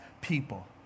people